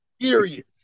period